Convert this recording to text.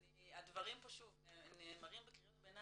הדברים פה שוב נאמרים בקריאות ביניים